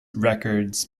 records